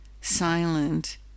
silent